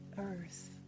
earth